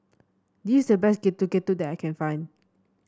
this is the best Getuk Getuk that I can find